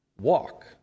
walk